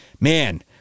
man